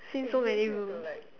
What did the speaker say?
since so many rooms